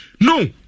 No